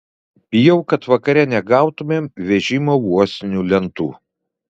bijau kad vakare negautumėm vežimo uosinių lentų